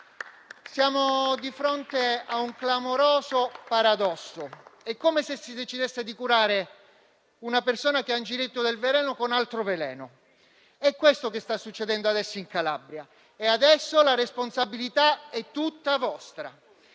Siamo di fronte a un clamoroso paradosso: è come se si decidesse di curare una persona che ha ingerito del veleno con altro veleno. È questo che sta succedendo adesso in Calabria e adesso la responsabilità è tutta vostra.